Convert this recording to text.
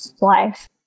life